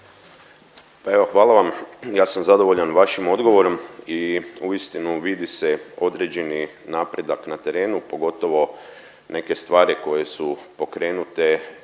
Pa evo hvala vam. Ja sam zadovoljan vašim odgovorom i uistinu vidi se određeni napredak na terenu pogotovo neke stvari koje su pokrenute